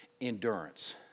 endurance